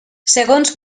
segons